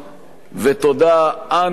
ותודה ע-נ-קית